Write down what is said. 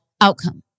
outcome